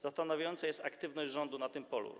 Zastanawiająca jest aktywność rządu na tym polu.